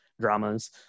dramas